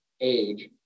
age